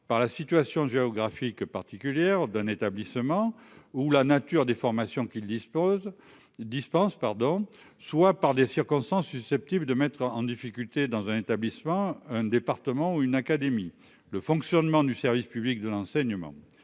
par la situation géographique particulière d'un établissement ou la nature des formations qu'il dispose dispense pardon, soit par des circonstances susceptibles de mettre en difficulté dans un établissement un département ou une académie le fonctionnement du service public de l'enseignement.